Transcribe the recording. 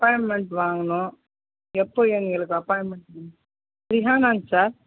appointment வாங்கணும் எப்போ எங்களுக்கு அப்பாயின்மென்ட் ரிஹானாங்க சார்